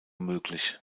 möglich